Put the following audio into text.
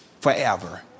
forever